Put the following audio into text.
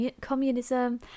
communism